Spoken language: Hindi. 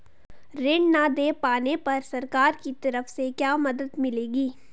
ऋण न दें पाने पर सरकार की तरफ से क्या मदद मिलेगी?